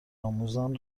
آموزان